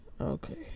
Okay